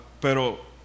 Pero